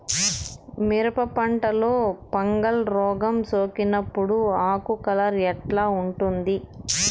మిరప పంటలో ఫంగల్ రోగం సోకినప్పుడు ఆకు కలర్ ఎట్లా ఉంటుంది?